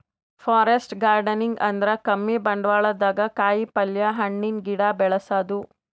forest gardening ಅಂದ್ರ ಕಮ್ಮಿ ಬಂಡ್ವಾಳ್ದಾಗ್ ಕಾಯಿಪಲ್ಯ, ಹಣ್ಣಿನ್ ಗಿಡ ಬೆಳಸದು